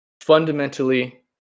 fundamentally